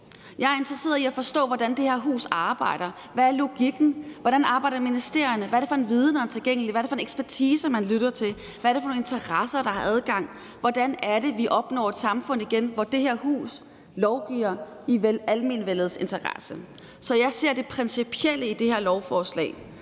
Jeg er interesseret i at forstå, hvordan det her hus arbejder. Hvad er logikken? Hvordan arbejder ministerierne? Hvad er det for en viden, der er tilgængelig? Hvad er det for en ekspertise, man lytter til? Hvad er det for interessenter, der har adgang? Hvordan er det, vi opnår et samfund igen, hvor det her hus lovgiver i almenvellets interesse? Så jeg ser det principielle i det her lovforslag,